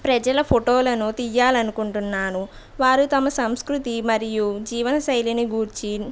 ప్రజల ఫోటోలను తీయాలని అకుంటున్నాను వారు తమ సంస్కృతి మరియు జీవన శైలిని గూర్చి